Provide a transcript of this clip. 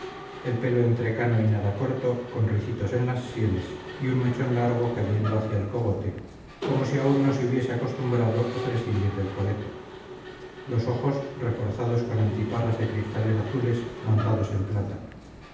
el pelo entrecano y nada corto con ricitos en las sienes y un mechón largo cayendo hacia el cogote como si aún no se hubiese acostumbrado a prescindir del coleto los ojos reforzados con antiparras de cristales azules montados en plata